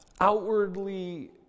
outwardly